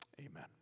Amen